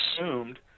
assumed